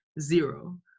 Zero